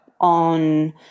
on